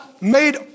made